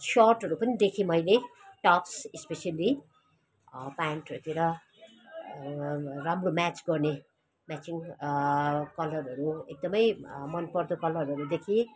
सर्टहरू पनि देखेँ मैले टप्स स्पिसियली प्यान्टहरूतिर राम्रो म्याच गर्ने म्याचिङ कलरहरू एकदमै मन पर्दो कलरहरू देखेँ